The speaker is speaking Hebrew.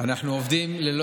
אנחנו עובדים.